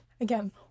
again